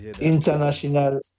International